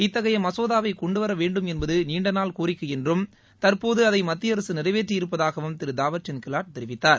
இத்தகைய மசோதாவை கொண்டுவரவேண்டும் என்பது நீண்ட நாள் கோரிக்கை என்றும் தற்போது அதை மத்திய அரசு நிறைவேற்றிய இருப்பதாகவும் திரு தாவர்சந்த் கெலாட் தெரிவித்தார்